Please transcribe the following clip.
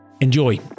Enjoy